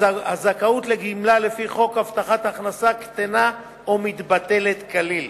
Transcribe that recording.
הזכאות לגמלה לפי חוק הבטחת הכנסה קטנה או מתבטלת כליל.